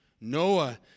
Noah